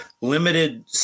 limited